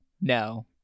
No